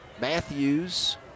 Matthews